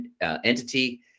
entity